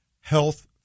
health